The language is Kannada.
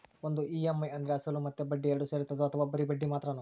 ಒಂದು ಇ.ಎಮ್.ಐ ಅಂದ್ರೆ ಅಸಲು ಮತ್ತೆ ಬಡ್ಡಿ ಎರಡು ಸೇರಿರ್ತದೋ ಅಥವಾ ಬರಿ ಬಡ್ಡಿ ಮಾತ್ರನೋ?